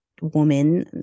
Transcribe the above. woman